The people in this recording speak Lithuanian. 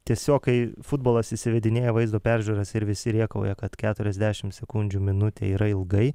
tiesiog kai futbolas įsivedinėja vaizdo peržiūras ir visi rėkauja kad keturiasdešimt sekundžių minutė yra ilgai